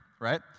Right